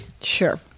Sure